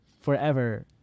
forever